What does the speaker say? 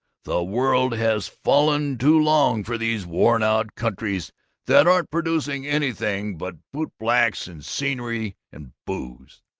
the world has fallen too long for these worn-out countries that aren't producing anything but bootblacks and scenery and booze,